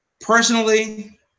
Personally